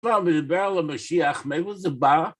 כבר מדבר על המשיח, מאיפה זה בא?